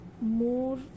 more